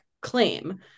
Claim